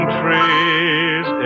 trees